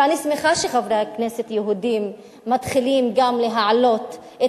ואני שמחה שחברי כנסת יהודים מתחילים להעלות גם